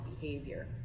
behavior